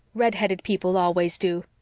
red-headed people always do.